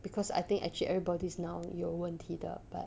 because I think actually everybody's now 有问题的 but